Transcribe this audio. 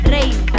Rain